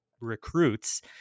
recruits